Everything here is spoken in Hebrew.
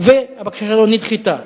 והבקשה שלו נדחתה.